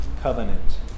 covenant